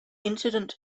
incident